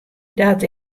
dat